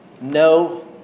No